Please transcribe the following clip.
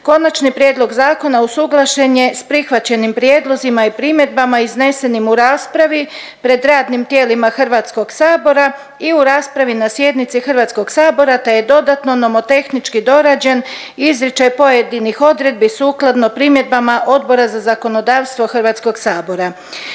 Konačni prijedlog zakona usuglašen je s prihvaćenim prijedlozima i primjedbama iznesenim u raspravi pred radnim tijelima HS-a i u raspravi na sjednici HS-a te je dodatno nomotehnički dorađen izričaj pojedinih odredbi sukladno primjedbama Odbora za zakonodavstvo HS-a. Zakonom